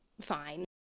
fine